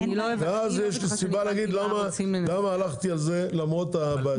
ואז יש לי סיבה להגיד למה הלכתי על זה למרות הבעייתיות.